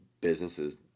businesses